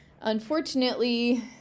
unfortunately